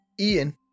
Ian